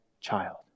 child